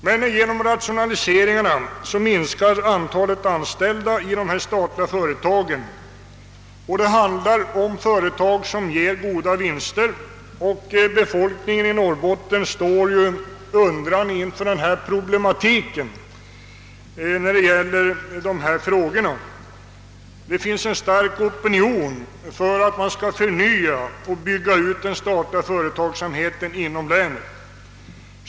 Men genom rationaliseringarna minskas antalet anställda i dessa statliga företag — det handlar om företag som ger goda vinster — och befolkningen i Norrbotten står givetvis undrande inför detta. Det finns en stark opinion för att man skall förnya och bygga ut den statliga företagsamheten inom länet.